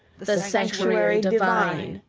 the sanctuary divine,